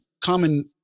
common